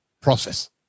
process